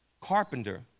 carpenter